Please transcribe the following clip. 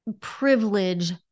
privilege